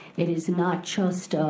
it is not just,